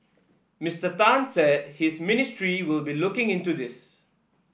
Mister Tan said his ministry will be looking into this